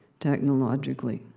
technologically.